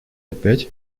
опять